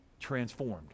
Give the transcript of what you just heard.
transformed